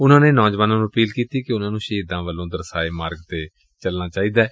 ਉਨਾਂ ਨੇ ਨੌਜਵਾਨਾਂ ਨੂੰ ਅਪੀਲ ਕੀਤੀ ਕਿ ਉਨਾਂ ਨੂੰ ਸ਼ਹੀਦਾਂ ਵੱਲੋਂ ਦਰਸਾਏ ਮਾਰਗ ਤੇ ਚੱਲਣਾ ਚਾਹੀਦੈ